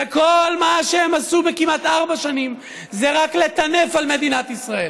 וכל מה שהם עשו בכמעט ארבע שנים זה רק לטנף על מדינת ישראל,